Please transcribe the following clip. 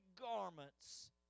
garments